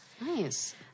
Nice